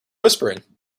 whispering